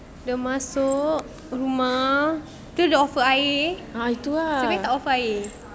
dia masuk rumah terus dia offer air nasib baik tak offer air